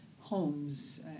homes